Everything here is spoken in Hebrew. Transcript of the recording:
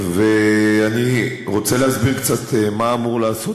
אני רוצה להסביר קצת מה אמור לעשות